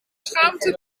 schaamte